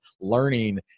learning